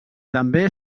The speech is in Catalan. també